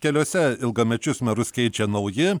keliose ilgamečius merus keičia nauji